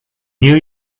new